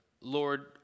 Lord